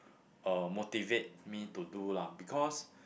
uh motivate me to do lah because